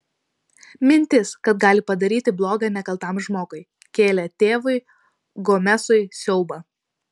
mintis kad gali padaryti bloga nekaltam žmogui kėlė tėvui gomesui siaubą